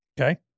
Okay